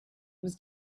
was